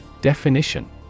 Definition